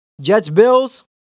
Jets-Bills